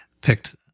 picked